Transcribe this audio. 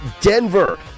Denver